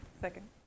Second